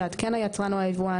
יעדכן היצרן או היבואן,